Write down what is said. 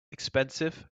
expensive